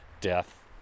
death